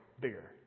bigger